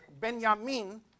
Benjamin